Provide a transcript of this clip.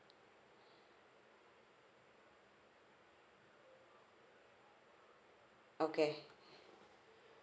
okay